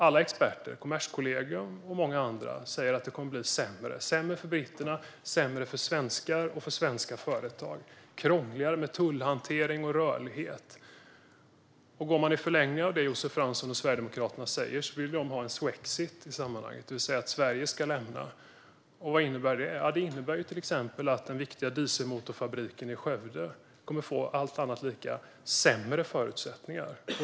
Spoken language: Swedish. Alla experter - Kommerskollegium och många andra - säger att det kommer att bli sämre. Det kommer att bli sämre för britterna, sämre för svenskar och sämre för svenska företag. Det kommer att bli krångligare med tullhantering och rörlighet. I förlängningen av det Josef Fransson och Sverigedemokraterna säger finns en swexit, det vill säga att Sverige ska lämna EU. Vad innebär det? Jo, det innebär till exempel att den viktiga dieselmotorfabriken i Skövde kommer att få - allt annat lika - sämre förutsättningar.